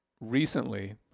recently